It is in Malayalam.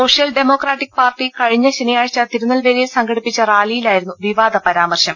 സോഷ്യൽ ഡെമോക്രാറ്റിക് പാർട്ടി കഴിഞ്ഞ ശനിയാഴ്ച തിരുനെൽവേലിയിൽ സംഘടിപ്പിച്ച റാലി യിലായിരുന്നു വിവാദ പരാമർശം